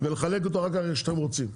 ולחלק אותו אחר כך איך שאתם רוצים.